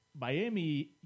Miami